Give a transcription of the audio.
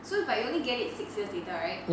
so but you only get it six years later right